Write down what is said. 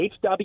HW